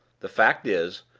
the fact is,